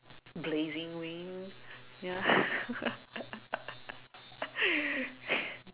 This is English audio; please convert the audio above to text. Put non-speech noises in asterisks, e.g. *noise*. blazing wing ya *laughs*